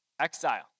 Exile